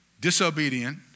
disobedient